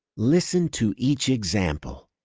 listen to each example,